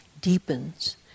deepens